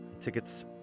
tickets